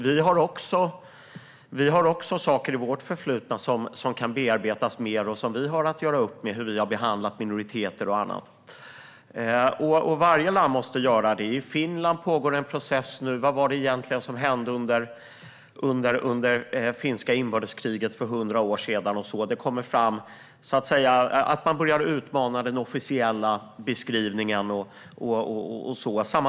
Vi har också saker i vårt förflutna att göra upp med och som kan bearbetas mer. Det handlar om hur vi har behandlat minoriteter och annat. Varje land måste göra det. I Finland pågår nu en process, där man ser på vad som egentligen hände under finska inbördeskriget för 100 år sedan. Man börjar utmana den officiella beskrivningen och så vidare.